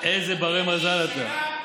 איזה בני מזל אתם.